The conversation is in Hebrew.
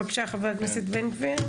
בבקשה ח"כ בן גביר.